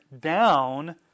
down